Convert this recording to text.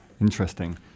Interesting